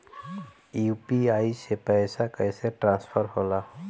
UPI से पैसा कैसे ट्रांसफर होला?